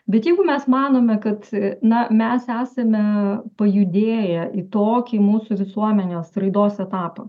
bet jeigu mes manome kad na mes esame pajudėję į tokį mūsų visuomenės raidos etapą